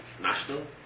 National